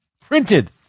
Printed